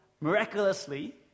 miraculously